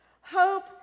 Hope